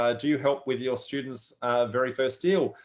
ah do you help with your students' very first deal.